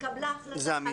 התקבלה החלטה.